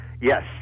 Yes